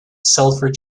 silver